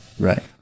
Right